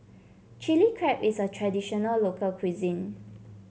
Chili Crab is a traditional local cuisine